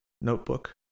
notebook